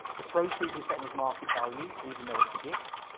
the proceeds we're setting as market value even though it's a gift.